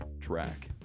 track